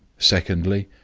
secondly,